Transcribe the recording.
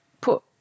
put